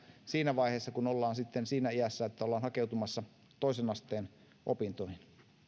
siinä vaiheessa ja siinä iässä kun ollaan hakeutumassa toisen asteen opintoihin